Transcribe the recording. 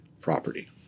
property